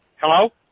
Hello